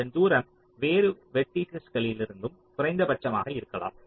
அதன் தூரம் வேறு வெர்டீசஸ்களிலிருந்தும் குறைந்தபட்சமாக இருக்கலாம்